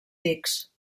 dics